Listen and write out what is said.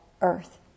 earth